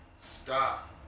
stop